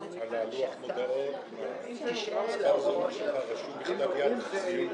שמהעולם של איסור הלבנת הון ומימון טרור.